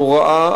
נוראה,